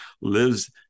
lives